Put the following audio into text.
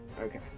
Okay